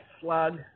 slug